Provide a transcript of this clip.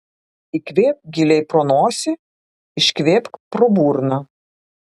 įkvėpk giliai pro nosį iškvėpk pro burną